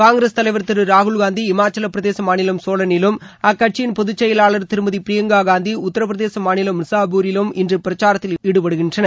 காங்கிரஸ் தலைவர் திரு ராகுல்காந்தி ஹிமாச்சலப்பிரதேச மாநிலம் சோலனிலும் அக்கட்சியின் பொதுச் செயலாளர் திருமதி பிரியங்கா காந்தி உத்திரபிரதேச மாநிலம் மிர்ஸாபூரிலும் இன்று பிரச்சாரத்தில் ஈடுபடுகின்றனர்